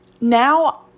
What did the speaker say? now